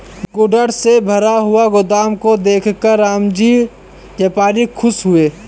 goods से भरा हुआ गोदाम को देखकर रामजी व्यापारी खुश हुए